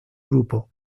grupo